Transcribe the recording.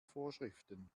vorschriften